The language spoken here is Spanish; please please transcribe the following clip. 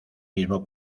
mismo